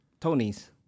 Tonys